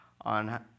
on